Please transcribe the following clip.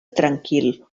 tranquil